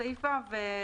סעיף קטן (ו)